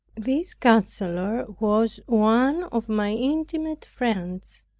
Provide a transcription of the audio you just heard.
this counselor was one of my intimate friends,